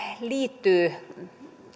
liittyy